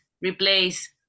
replace